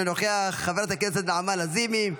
אינו נוכח, חברת הכנסת נעמה לזימי,